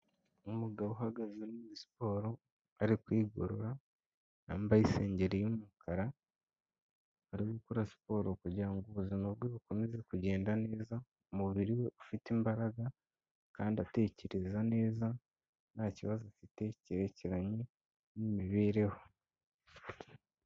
Umugabo uhagaze ari muri siporo ari kwigorora, yambaye isengeri y'umukara ari gukora siporo kugira ngo ubuzima bwe bukomeze kugenda neza, umubiri we ufite imbaraga kandi atekereza neza nta kibazo afite cyerekeranye n'imibereho.